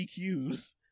DQs